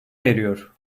eriyor